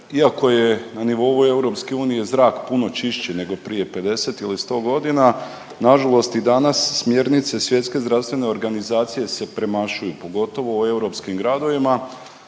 Iako je na nivou EU zrak puno čišći nego prije 50 ili 100 godina, nažalost i danas smjernice Svjetske zdravstvene organizacije se premašuju pogotovo u europskim gradovima